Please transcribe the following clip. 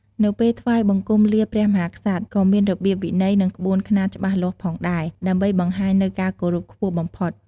នៅពេលថ្វាយបង្គំលាព្រះមហាក្សត្រ ក៏មានរបៀបវិន័យ និងក្បួនខ្នាតច្បាស់លាស់ផងដែរ ដើម្បីបង្ហាញនូវការគោរពខ្ពស់បំផុត។